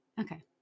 Okay